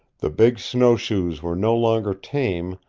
the big snowshoes were no longer tame,